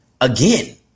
again